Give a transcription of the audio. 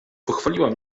pochwaliła